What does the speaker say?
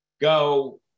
go